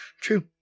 True